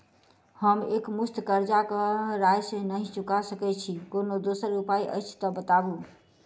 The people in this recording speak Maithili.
हम एकमुस्त कर्जा कऽ राशि नहि चुका सकय छी, कोनो दोसर उपाय अछि तऽ बताबु?